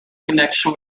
connection